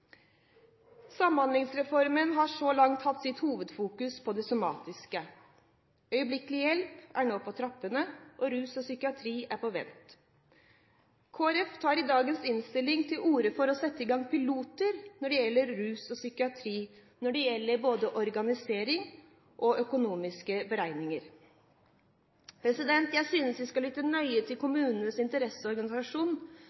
Samhandlingsreformen har man så langt hatt sin hovedfokusering på det somatiske. Øyeblikkelig hjelp er på trappene, rus og psykiatri er på vent. Kristelig Folkeparti tar i dagens innstilling til orde for å sette i gang pilotprosjekter for rus og psykiatri når det gjelder både organisering og økonomiske beregninger. Jeg synes vi skal lytte nøye til